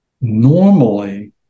normally